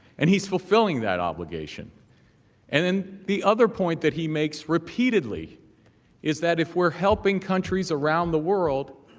and he's fulfilling that obligation and and the other point that he makes repeatedly is that if we're helping countries around the world